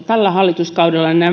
tällä hallituskaudella